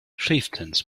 chieftains